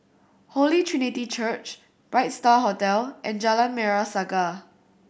Holy Trinity Church Bright Star Hotel and Jalan Merah Saga